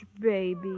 baby